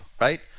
right